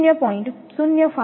15V1 0